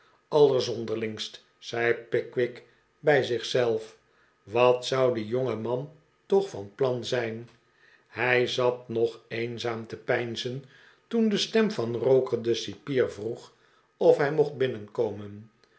allerzonderlingst zei pickwick bij zich zelf wat zou die jongeman toch van plan zijn hij zat nog eenzaam te peinzen toen de stem van roker den cipier vroeg of hij mocht binnenkomen